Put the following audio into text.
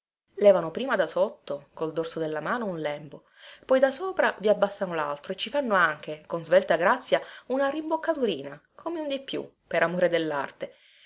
levano prima da sotto col dorso della mano un lembo poi da sopra vi abbassano laltro e ci fanno anche con svelta grazia una rimboccaturina come un di più per amore dellarte